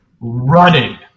running